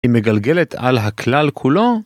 אם מגלגלת על הכלל כולו?